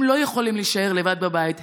הם לא יכולים להישאר לבד בבית,